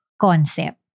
concept